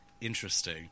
interesting